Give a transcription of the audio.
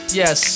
yes